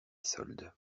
soldes